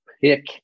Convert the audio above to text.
pick